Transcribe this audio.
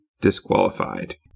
disqualified